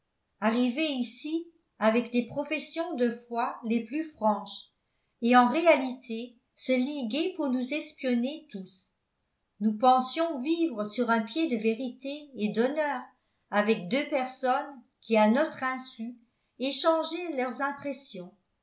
arriver ici avec des professions de foi les plus franches et en réalité se liguer pour nous espionner tous nous pensions vivre sur un pied de vérité et d'honneur avec deux personnes qui à notre insu échangeaient leurs impressions